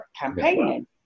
campaigning